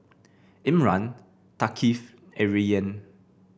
Imran Thaqif and Rayyan